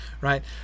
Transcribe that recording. right